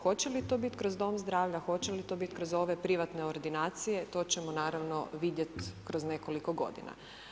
Hoće li to biti kroz dom zdravlja, hoće li to biti kroz ove privatne ordinacije, to ćemo naravno vidjet kroz nekoliko godina.